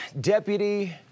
Deputy